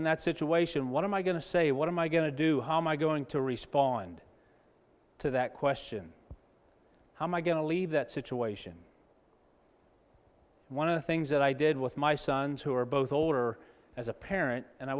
in that situation what am i going to say what am i going to do how am i going to respond to that question how am i going to leave that situation one of the things that i did with my sons who are both older as a parent and i